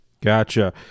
Gotcha